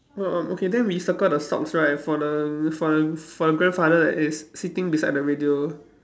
orh orh okay then we circle the socks right for the for the for the grandfather that is sitting beside the radio